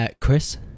Chris